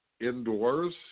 indoors